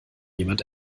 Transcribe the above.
jemand